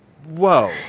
Whoa